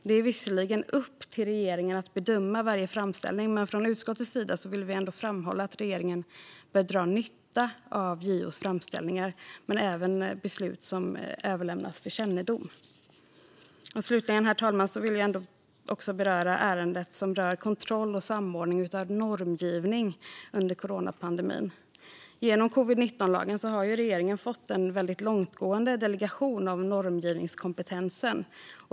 Det är visserligen upp till regeringen att bedöma varje framställning, men från utskottets sida vill vi ändå framhålla att regeringen bör dra nytta av JO:s framställningar och även av beslut som överlämnas för kännedom. Slutligen, herr talman, vill jag beröra ärendet som rör kontroll och samordning av normgivning under coronapandemin. Genom covid-19-lagen har regeringen fått en väldigt långtgående delegation av normgivningskompetensen.